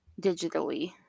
digitally